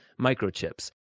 microchips